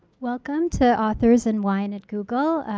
welcome to authors and wine and google.